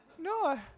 No